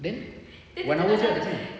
then one hour jer kat situ